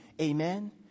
Amen